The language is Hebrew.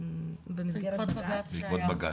בעקבות בג"צ.